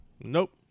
Nope